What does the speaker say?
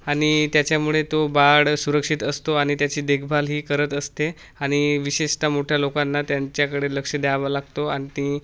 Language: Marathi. आणि त्याच्यामुळे तो बाळ सुरक्षित असतो आणि त्याची देखभालही करत असते आणि विशेषत मोठ्या लोकांना त्यांच्याकडे लक्ष द्यावं लागतो आणि ती